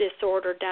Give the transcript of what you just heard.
disorder